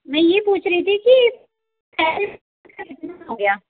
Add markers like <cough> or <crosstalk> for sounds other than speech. मैं ये पूछ रही थी कि <unintelligible> का कितना हो गया